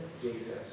Jesus